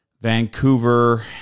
Vancouver